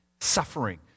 suffering